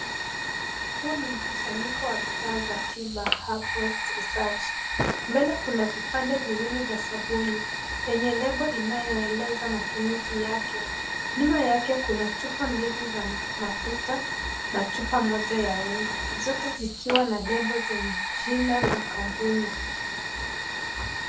Huu ni mkusanyiko wa dawa za tiba herbal research, mbele kuna vipande viwili vya sabauni yenye lebo inayoeleza matumizi yake, nyuma yake kuna chupa mbili za mafuta na chupa moja ya unga, zote zikiwa na lebo yenye jina la kampuni.